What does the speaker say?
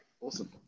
Awesome